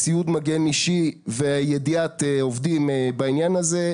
ציוד מגן אישי וידיעת העובדים בעניין הזה.